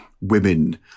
women